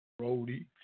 roadie